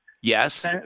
Yes